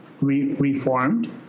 reformed